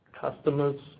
customers